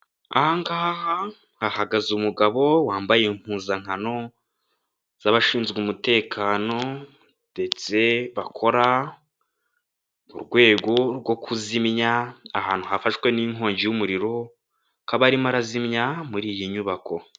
Ahangaha hahagaze umugabo wambaye impuzankano z'abashinzwe umutekano ndetse bakora mu rwego rwo kuzimya ahantu hafashwe n'inkongi y'umuriro, akaba arimo arazimya muri iyi nyubako.